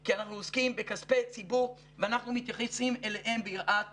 כי אנחנו עוסקים בכספי ציבור ואנחנו מתייחסים אליהם ביראת קודש.